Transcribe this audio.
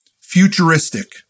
futuristic